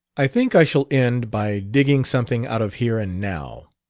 i think i shall end by digging something out of here and now.